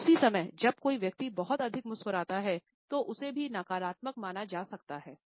पर उसी समय जब कोई व्यक्ति बहुत अधिक मुस्कुराता है तो उसे भी नकारात्मक माना जाता है